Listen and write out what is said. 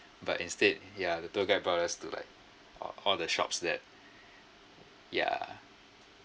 but instead ya the tour guide brought us to like all all the shops that yeah